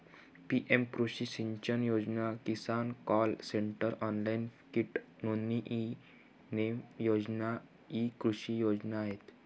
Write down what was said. PM कृषी सिंचन योजना, किसान कॉल सेंटर, ऑनलाइन कीट नोंदणी, ई नेम योजना इ कृषी योजना आहेत